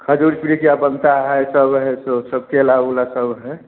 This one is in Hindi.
खजूर पिड़िकिया बनता है सब है सो सब केला उला सब है